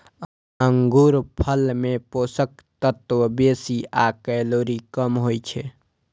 अंगूरफल मे पोषक तत्व बेसी आ कैलोरी कम होइ छै